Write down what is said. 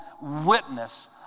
witness